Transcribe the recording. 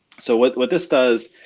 so what what this does,